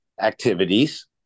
activities